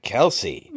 Kelsey